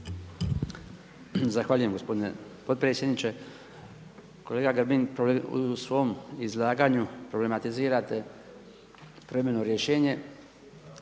Zahvaljujem gospodine potpredsjedniče. Kolega Grbin, u svom izlaganju problematizirate privremeno rješenje,